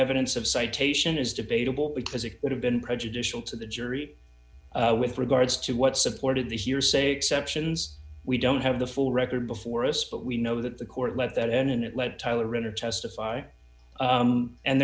evidence of citation is debatable because it would have been prejudicial to the jury with regards to what supported this year say exceptions we don't have the full record before us but we know that the court let that end in it let tyler in or testify